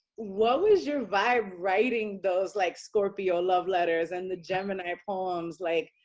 what was your vibe writing those like scorpio love letters, and the gemini poems, like.